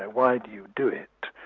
and why do you do it,